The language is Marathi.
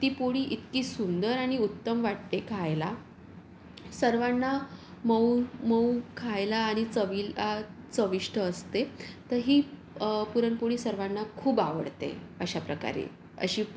ती पोळी इतकी सुंदर आणि उत्तम वाटते खायला सर्वांना मऊ मऊ खायला आणि चवीला चविष्ट असते तर ही पुरणपोळी सर्वांना खूप आवडते अशा प्रकारे अशी